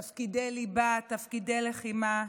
תפקידי ליבה, תפקידי לחימה,